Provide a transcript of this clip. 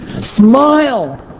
Smile